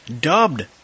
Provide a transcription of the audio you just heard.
dubbed